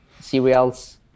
cereals